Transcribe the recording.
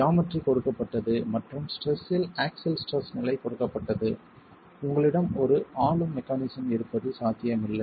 geometry கொடுக்கப்பட்டது மற்றும் stress axial stress நிலை கொடுக்கப்பட்டது உங்களிடம் ஒரு ஆளும் மெக்கானிஸம் இருப்பது சாத்தியமில்லை